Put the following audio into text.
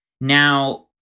Now